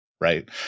right